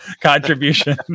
contribution